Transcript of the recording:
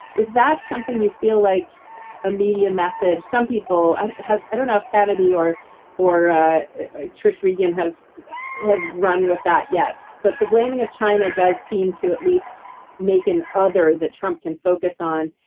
was that something you feel like a media message? some people has. i don't know if hannity or or trish regan have have run with that yet. but the blaming of china does seem to at least make an other that trump can focus on.